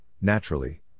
naturally